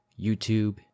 YouTube